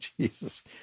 Jesus